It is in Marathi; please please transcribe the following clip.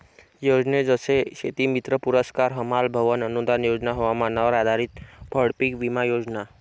योजने जसे शेतीमित्र पुरस्कार, हमाल भवन अनूदान योजना, हवामानावर आधारित फळपीक विमा योजना